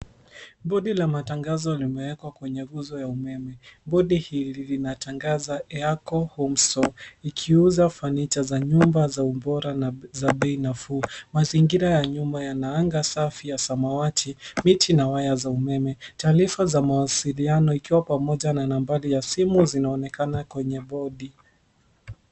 Bodi la matangazo limewekwa kwenye nguzo ya umeme. Bodi hili linatangaza Yako Homestore ikiuza fanicha za nyumba za ubora na za bei nafuu. Mazingira ya nyuma yana anga safi ya samawati, miti na waya za umeme. Taarifa za mawasiliano ikiwa pamoja na nambari ya simu zinaonekana kwenye bodi.